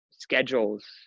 schedules